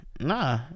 Nah